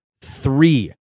three